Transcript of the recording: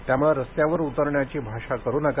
त्यामुळे रस्त्यावर उतरण्याची भाषा करू नका